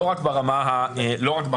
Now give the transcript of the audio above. לא רק ברמה העקרונית.